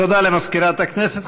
תודה למזכירת הכנסת.